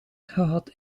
gehad